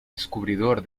descubridor